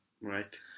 Right